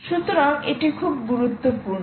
সুতরাং এটি খুব গুরুত্বপূর্ণ